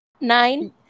Nine